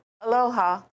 Aloha